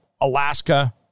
Alaska